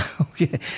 okay